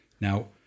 now